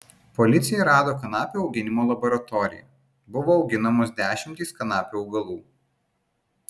policija rado kanapių auginimo laboratoriją buvo auginamos dešimtys kanapių augalų